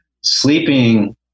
sleeping